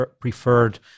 preferred